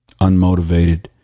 unmotivated